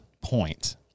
point